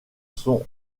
sont